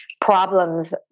problems